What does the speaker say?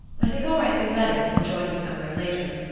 i think i'll write some letters and join you somewhere later.